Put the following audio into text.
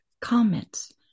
comments